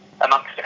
amongst